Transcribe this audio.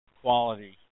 quality